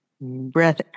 breath